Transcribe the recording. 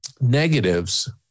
negatives